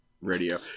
radio